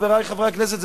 חברי חברי הכנסת,